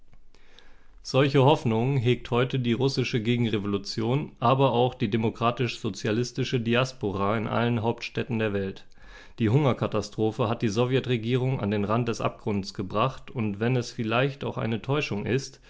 solche hoffnungen hegt heute die russische gegenrevolution aber auch die demokratisch-sozialistische diaspora in allen hauptstädten der welt die hungerkatastrophe hat die sowjetregierung an den rand des abgrundes gebracht und wenn es vielleicht auch eine täuschung ist